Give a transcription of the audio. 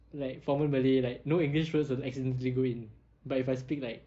like formal malay like no english words will accidentally go in but if I speak like